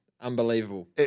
Unbelievable